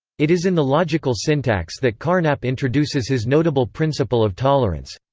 it is in the logical syntax that carnap introduces his notable principle of tolerance.